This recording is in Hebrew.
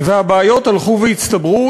והבעיות הלכו והצטברו.